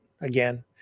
again